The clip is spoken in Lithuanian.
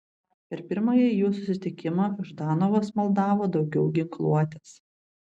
per pirmąjį jų susitikimą ždanovas maldavo daugiau ginkluotės